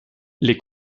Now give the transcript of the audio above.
les